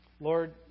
Lord